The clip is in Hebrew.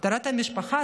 טהרת המשפחה,